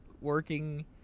Working